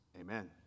Amen